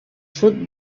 sud